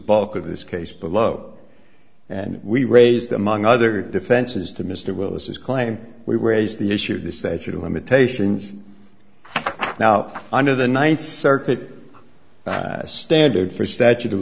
bulk of this case below and we raised among other defenses to mr willis is claim we were raise the issue of the statute of limitations now under the ninth circuit that standard for statute of